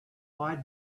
why